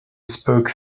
spoke